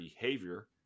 behavior